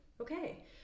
Okay